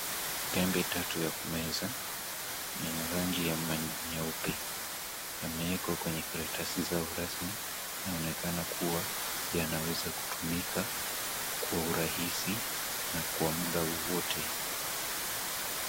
Tembe tatu ya kumeza. Ni yenye rangi ya nyeupe. Yamewekwa kwenye karatasi za urasmi, inaonekana kuwa yanaweza kutumika kwa urahisi na kwa mda wowote.